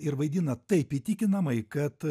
ir vaidina taip įtikinamai kad